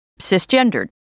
cisgendered